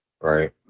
right